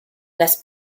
las